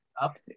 up